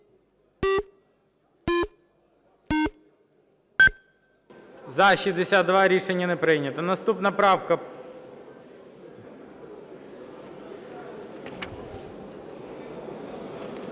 За-62 Рішення не прийнято. Наступна правка.